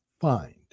find